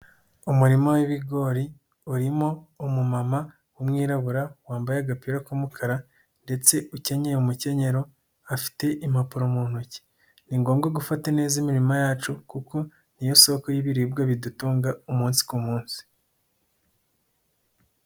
Umurima wi'bigori urimo umumama w'umwirabura wambaye agapira k'umukara ndetse ukenyeye umukenyero, afite impapuro mu ntoki, ni ngombwa gufata neza imirima yacu kuko niyo soko y'ibiribwa bidutunga umunsi ku munsi.